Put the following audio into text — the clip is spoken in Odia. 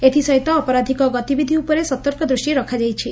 ଏଥିସହିତ ଅପରାଧିକ ଗତିବିଧି ଉପରେ ସତର୍କ ଦୃଷ୍କି ରଖାଯାଇଛି